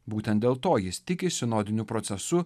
būtent dėl to jis tiki sinodiniu procesu